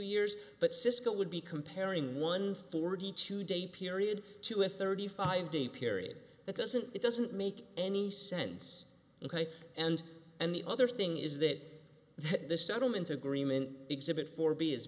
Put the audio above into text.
years but cisco would be comparing one forty two day period to a thirty five day period that doesn't it doesn't make any sense ok and and the other thing is that this settlement agreement exhibit four b